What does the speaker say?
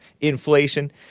inflation